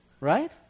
Right